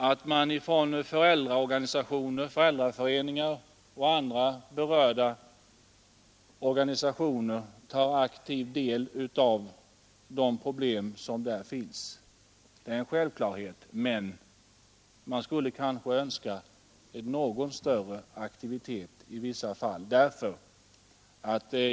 Att man från föräldraföreningar och andra berörda organisationer tar aktiv del av de problem som där finns är en självklarhet, men man skulle kanske önska någon större aktivitet i vissa fall.